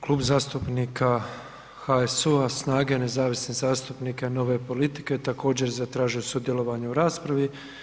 Klub zastupnika HSU-a, SNAGE, nezavisnih zastupnika i Nove politike također zatražio sudjelovanje u raspravi.